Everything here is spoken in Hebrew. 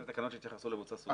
אלה התקנות שהתייחסו לבוצה סוג ב'?